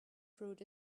fruit